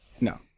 No